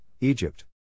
Egypt